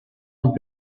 und